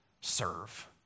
serve